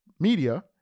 media